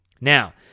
Now